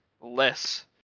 less